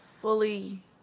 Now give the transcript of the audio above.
fully